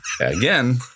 again